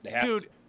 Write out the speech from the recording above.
Dude